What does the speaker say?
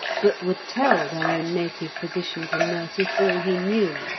but would tell their own native physicians and nurses all he knew,